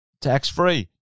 tax-free